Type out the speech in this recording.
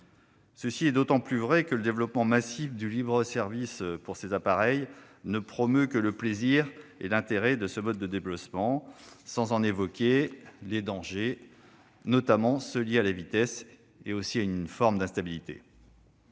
C'est d'autant plus vrai que le développement massif du libre-service pour ces appareils ne promeut que le plaisir et l'intérêt de ce mode de déplacement sans en évoquer les dangers, notamment ceux qui sont liés à la vitesse et à une forme d'instabilité.